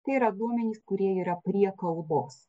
tai yra duomenys kurie yra prie kalbos